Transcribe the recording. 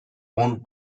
owned